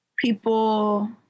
people